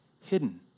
hidden